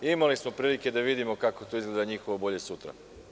Imali smo prilike da vidimo kako to izgleda njihovo bolje sutra.